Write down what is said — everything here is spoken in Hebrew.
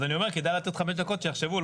אז אני אומר, כדאי לתת חמש דקות, שיחשבו.